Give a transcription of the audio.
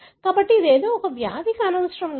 కాబట్టి ఇది ఏదో ఒక వ్యాధి కానవసరం లేదు